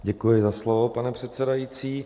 Děkuji za slovo, pane předsedající.